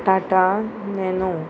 Tata nano